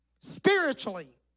spiritually